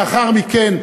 לאחר מכן,